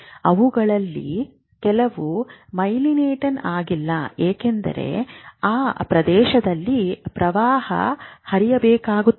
ಅವುಗಳಲ್ಲಿ ಕೆಲವು ಮೈಲೀನೇಟೆಡ್ ಆಗಿಲ್ಲ ಏಕೆಂದರೆ ಆ ಪ್ರದೇಶದಲ್ಲಿ ಪ್ರವಾಹ ಹರಿಯಬೇಕಾಗುತ್ತದೆ